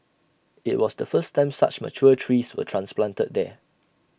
IT was the first time such mature trees were transplanted there